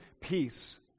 peace